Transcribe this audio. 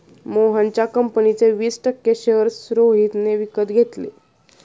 मोहनच्या कंपनीचे वीस टक्के शेअर्स रोहितने विकत घेतले